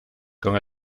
con